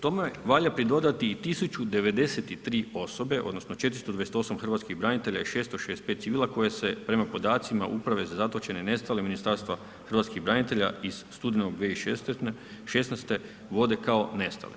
Tome valja pridodati i 1093 osobe, odnosno 428 hrvatskih branitelja i 665 civila koje se prema podacima uprave za zatočene i nestale Ministarstva hrvatskih branitelja iz studenog 2016. vode kao nestale.